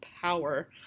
power